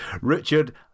Richard